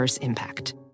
Impact